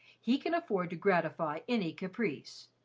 he can afford to gratify any caprice.